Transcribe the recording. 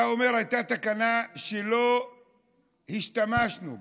אתה אומר: הייתה תקנה שלא השתמשנו בה,